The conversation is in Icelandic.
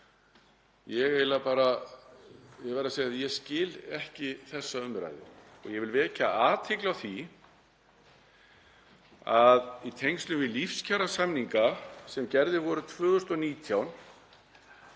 kjarasamninga. Ég verð að segja að ég skil ekki þessa umræðu. Ég vil vekja athygli á því að í tengslum við lífskjarasamninga sem gerðir voru 2019